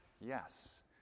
Yes